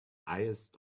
highest